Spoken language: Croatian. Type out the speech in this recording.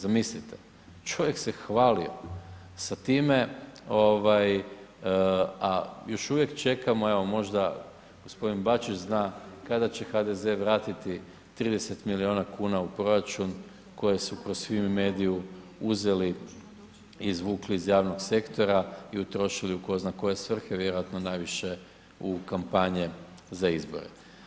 Zamislite, čovjek se hvalio sa time, a još uvijek čekamo, evo možda g. Bačić zna kada će HDZ vratiti 30 milijuna kuna u proračun koje su kroz Fimi mediju uzeli, izvukli iz javnog sektora i utrošili u tko zna koje svrhe, vjerojatno najviše u kampanje za izbore.